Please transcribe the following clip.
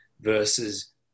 versus